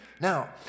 now